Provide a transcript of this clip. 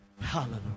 Hallelujah